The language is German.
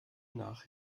nach